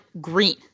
Green